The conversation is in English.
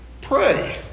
pray